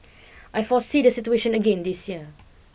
I foresee the situation again this year